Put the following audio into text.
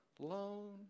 alone